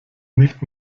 nicht